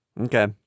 Okay